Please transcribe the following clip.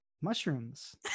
mushrooms